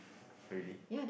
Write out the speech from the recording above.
really